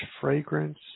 fragrance